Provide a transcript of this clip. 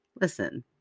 Listen